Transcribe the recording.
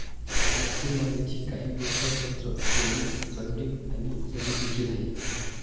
मासेमारीची काही व्यवसाय तंत्र, ट्रोलिंग, ड्रॅगिंग आणि जाळी देखील आहे